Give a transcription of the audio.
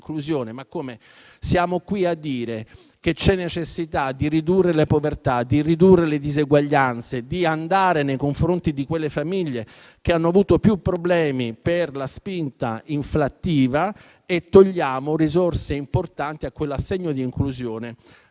Ma come? Siamo qui a dire che c'è necessità di ridurre la povertà e le diseguaglianze, di sostenere le famiglie che hanno avuto più problemi per la spinta inflattiva, e togliamo risorse importanti a quell'assegno di inclusione